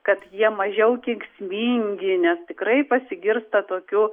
kad jie mažiau kenksmingi nes tikrai pasigirsta tokių